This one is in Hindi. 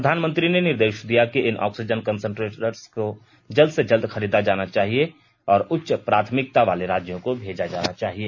प्रधानमंत्री ने निर्देश दिया कि इन ऑक्सीजन कसेंट्रेटर्स को जल्द से जल्द खरीदा जाना चाहिए और उच्च प्राथमिकता वाले राज्यों को भेजा जाना चाहिए